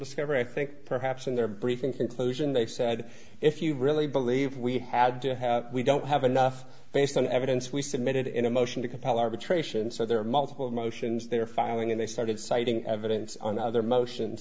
discovery i think perhaps in their brief in conclusion they said if you really believe we had we don't have enough based on evidence we submitted in a motion to compel arbitration so there are multiple motions they're filing and they started citing evidence on the other motion